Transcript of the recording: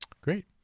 Great